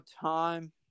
time